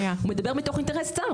הוא מדבר מתוך אינטרס צר.